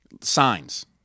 signs